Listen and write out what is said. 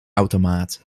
automaat